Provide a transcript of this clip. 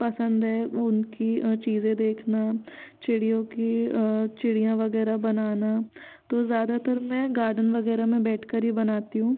पसंद है उनकी चीजे़ देखना चिड़ियों की चिड़ियाँ वग़ैरह बनाना तो ज़्यादातर मैं गार्डन वग़ैरह में बैठ कर ही बनाती हूँ